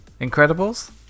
Incredibles